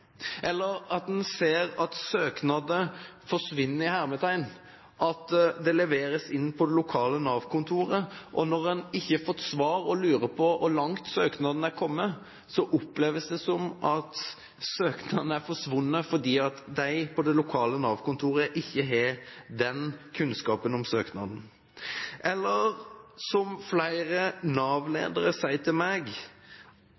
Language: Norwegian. Eller en ser at søknader «forsvinner»: Søknad leveres inn på det lokale Nav-kontoret, og når en ikke har fått svar og lurer på hvor langt søknaden er kommet, oppleves det som om søknaden er forsvunnet fordi de på det lokale Nav-kontoret ikke har kunnskap om søknaden. Eller som flere